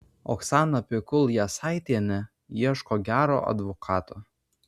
oksana pikul jasaitienė ieško gero advokato